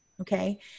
okay